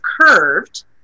curved